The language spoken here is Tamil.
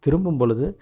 திரும்பும் பொழுது